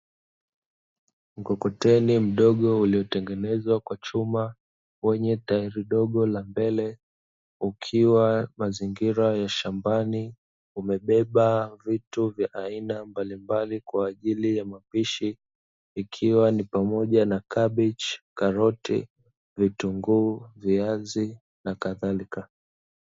Mkokoteni mdogo uliotengenezwa kwa chuma, wenye tairi dogo la mbele, ukiwa mazingira ya shambani, umebeba vitu vya aina mbalimbali kwa ajili ya mapishi, ikiwa ni pamoja na kabichi, karoti, vitunguu, viazi na kadhalika.